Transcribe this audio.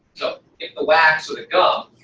so if the wax or the gum,